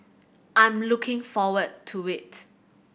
I'm looking forward to it